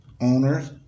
owners